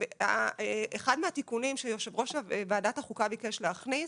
אחד מהתיקונים שיושב ראש ועדת החוקה ביקש להכניס,